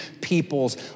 people's